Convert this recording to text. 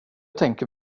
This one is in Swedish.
tänker